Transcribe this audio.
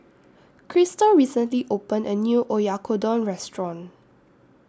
Chrystal recently opened A New Oyakodon Restaurant